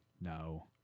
No